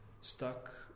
stuck